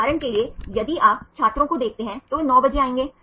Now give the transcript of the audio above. उदाहरण के लिए यदि आप छात्रों को देखते हैं तो वे 9 बजे आएंगे